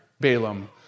Balaam